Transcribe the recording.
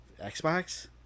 Xbox